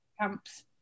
camps